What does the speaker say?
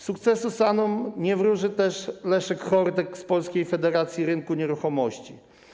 Sukcesu SAN-om nie wróży też Leszek Hardek z Polskiej Federacji Rynku Nieruchomości.